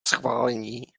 schválení